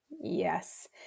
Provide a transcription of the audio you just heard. Yes